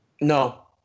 No